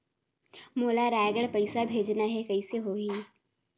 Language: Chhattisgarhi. मोला रायगढ़ पइसा भेजना हैं, कइसे होही?